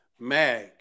MAG